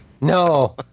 No